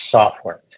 software